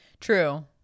True